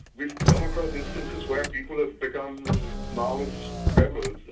we've come across instances where people have become maoist rebels, yeah